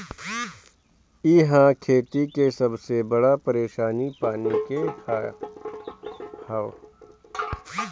इहा खेती के सबसे बड़ परेशानी पानी के हअ